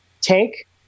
take